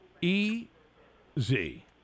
E-Z